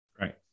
Right